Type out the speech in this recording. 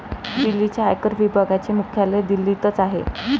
दिल्लीच्या आयकर विभागाचे मुख्यालय दिल्लीतच आहे